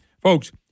Folks